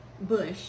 bush